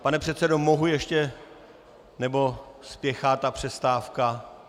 Pane předsedo, mohu ještě nebo spěchá ta přestávka?